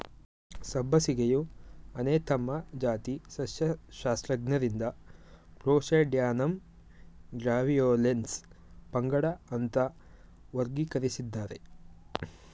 ಸಬ್ಬಸಿಗೆಯು ಅನೇಥಮ್ನ ಜಾತಿ ಸಸ್ಯಶಾಸ್ತ್ರಜ್ಞರಿಂದ ಪ್ಯೂಸೇಡ್ಯಾನಮ್ ಗ್ರ್ಯಾವಿಯೋಲೆನ್ಸ್ ಪಂಗಡ ಅಂತ ವರ್ಗೀಕರಿಸಿದ್ದಾರೆ